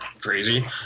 crazy